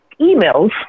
emails